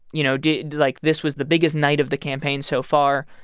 you know, did like, this was the biggest night of the campaign so far,